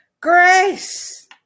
Grace